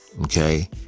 Okay